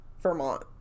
Vermont